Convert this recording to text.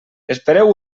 espereu